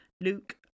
Luke